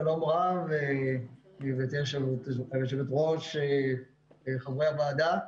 שלום רב גבירתי היושבת-ראש, חברי הוועדה.